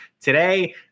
today